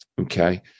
Okay